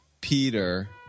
Peter